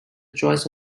choice